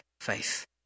faith